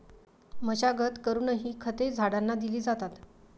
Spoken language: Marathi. मशागत करूनही खते झाडांना दिली जातात